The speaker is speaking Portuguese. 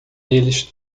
eles